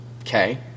Okay